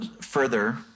further